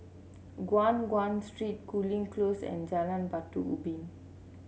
Guan Chuan Street Cooling Close and Jalan Batu Ubin